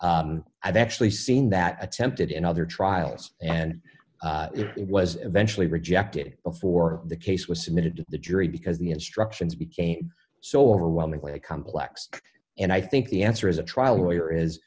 z i've actually seen that attempted in other trials and it was eventually rejected before the case was submitted to the jury because the instructions became so overwhelmingly complex and i think the answer as a trial lawyer is